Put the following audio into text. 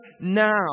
now